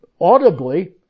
audibly